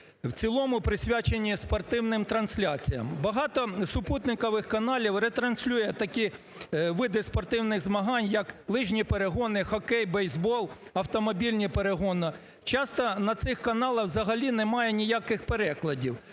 в цілому присвячені спортивним трансляціям. Багато супутникових каналів ретранслює такі види спортивних змагань, як лижні перегони, хокей, бейсбол, автомобільні перегони, часто на цих каналах взагалі немає ніяких перекладів.